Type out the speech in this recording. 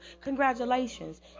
Congratulations